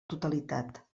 totalitat